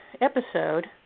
episode